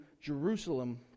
Jerusalem